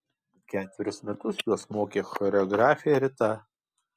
ketverius metus juos mokė choreografė rita